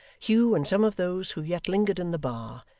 hugh, and some of those who yet lingered in the bar,